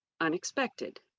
unexpected